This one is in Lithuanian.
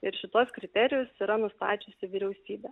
ir šituos kriterijus yra nustačiusi vyriausybė